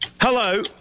Hello